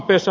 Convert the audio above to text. miksi